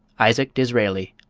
isaac disraeli,